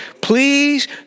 please